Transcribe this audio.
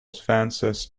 advances